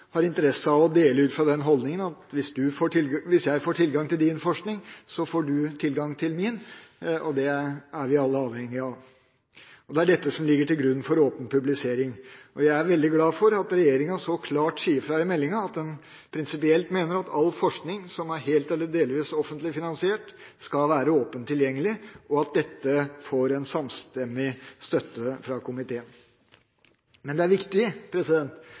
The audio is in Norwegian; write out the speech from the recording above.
har interesse av å dele ut fra holdningen: Hvis jeg får tilgang til din forskning, får du tilgang til min. Det er vi alle avhengig av. Det er dette som ligger til grunn for åpen publisering. Jeg er veldig glad for at regjeringa så klart sier fra i meldinga at den prinsipielt mener at all forskning som er helt eller delvis offentlig finansiert, skal være åpen tilgjengelig, og at dette får en samstemmig støtte fra komiteen. Det er viktig